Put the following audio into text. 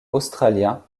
australiens